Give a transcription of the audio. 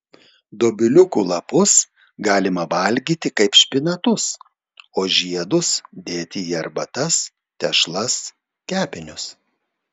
dobiliukų lapus galima valgyti kaip špinatus o žiedus dėti į arbatas tešlas kepinius